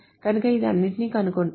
కనుక ఇది అన్నింటినీ కనుగొంటుంది